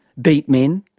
beat men.